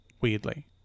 weirdly